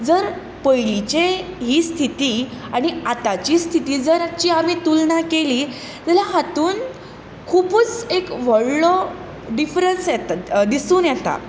जर पयलींची ही स्थिती आनी आतांची स्थिती जर हाची आमी तुलना केली जाल्यार हातूंत खुबूच एक व्हडलो डिफरेंस दिसून येता